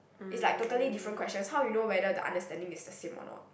it's like totally different questions how you know whether the understanding is the same or not